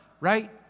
right